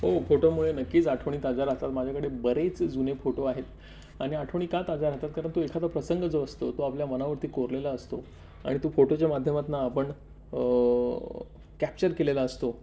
हो फोटोमुळे नक्कीच आठवणी ताजा राहतात माझ्याकडे बरेच जुने फोटो आहेत आणि आठवणी का ताज्या राहतात कारण तो एखादा प्रसंग जो असतो तो आपल्या मनावरती कोरलेला असतो आणि तो फोटोच्या माध्यमातून आपण कॅप्चर केलेला असतो